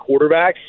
quarterbacks